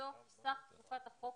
בסוף סך תקופת החוק,